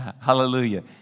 Hallelujah